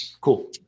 cool